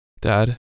Dad